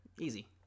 Easy